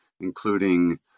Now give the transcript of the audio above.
including